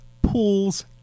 pools